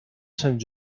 sant